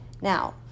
Now